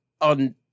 on